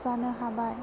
जानो हाबाय